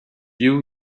you